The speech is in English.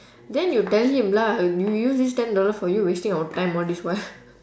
then you tell him lah we use this ten dollar for you wasting our time all this while